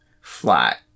flat